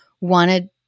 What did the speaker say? wanted